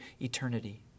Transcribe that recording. eternity